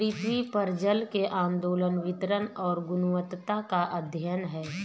पृथ्वी पर जल के आंदोलन वितरण और गुणवत्ता का अध्ययन है